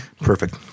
perfect